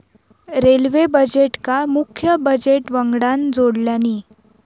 railway बजेटका मुख्य budget वंगडान जोडल्यानी